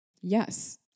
yes